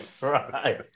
Right